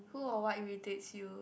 who or what irritates you